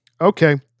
Okay